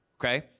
Okay